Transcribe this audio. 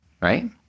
right